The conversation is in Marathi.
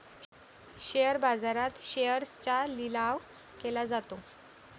शेअर बाजारात शेअर्सचा लिलाव केला जातो